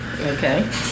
Okay